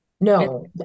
No